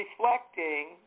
reflecting